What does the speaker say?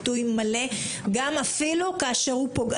יש כאן חופש ביטוי מלא, גם כשהוא פוגעני.